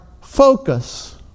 focus